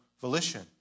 volition